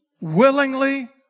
willingly